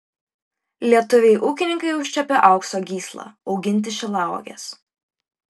lietuviai ūkininkai užčiuopė aukso gyslą auginti šilauoges